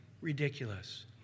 Ridiculous